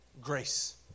Grace